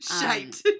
Shite